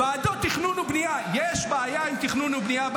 ועדות תכנון ובנייה,